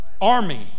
army